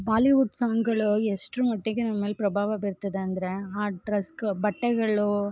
Bollywood ಸಾಂಗಳು ಎಷ್ಟರ ಮಟ್ಟಿಗೆ ನಮ್ಮೇಲ್ ಪ್ರಭಾವ ಬೀರ್ತಿದೆ ಅಂದರೆ ಆ ಡ್ರಸ್ ಕ ಬಟ್ಟೆಗಳು